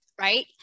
right